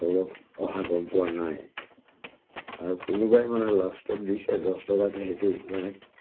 অলপ অহা গম পোৱা নাই আৰু কোনোবাই মানে লাষ্টত দিছে দহ টকাকৈ সেইটো মানে